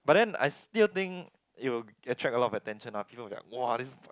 but then I still think it will attract a lot of attention lah people will be like !wah! this bike